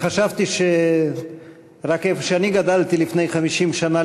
אני חשבתי שרק איפה שאני גדלתי לפני 50 שנה